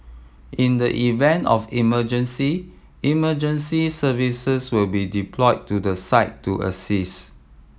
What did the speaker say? in the event of emergency emergency services will be deployed to the site to assist